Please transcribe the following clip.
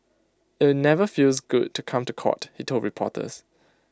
IT never feels good to come to court he told reporters